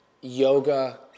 yoga